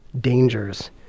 dangers